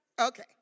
Okay